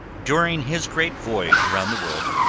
during his great voyage around the world,